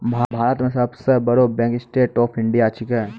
भारतो मे सब सं बड़ो bank state bank of India छिकै